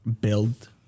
build